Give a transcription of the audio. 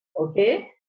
Okay